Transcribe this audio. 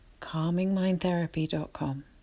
CalmingMindTherapy.com